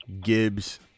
Gibbs